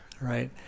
right